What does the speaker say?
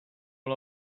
all